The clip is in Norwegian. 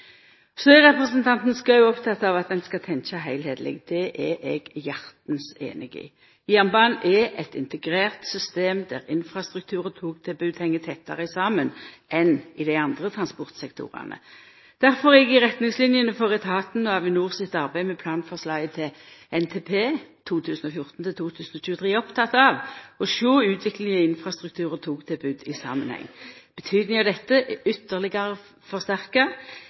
Representanten Schou er oppteken av at ein skal tenkja heilskapleg. Det er eg hjartans samd i. Jernbanen er eit integrert system der infrastrukturen og togtilbodet heng tettare saman enn i dei andre transportsektorane. Difor er eg i retningslinene for etatane og Avinor sitt arbeid med planforslaget til Nasjonal transportplan for 2014–2023 oppteken av å sjå utviklinga i infrastrukturen og togtilbodet i samanheng. Betydinga av dette er ytterlegare